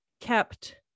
kept